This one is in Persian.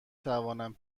توانم